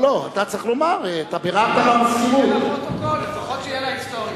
לפחות שיהיה לפרוטוקול, שיהיה להיסטוריה.